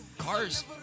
Cars